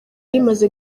rimaze